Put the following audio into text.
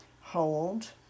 hold